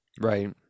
Right